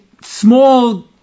small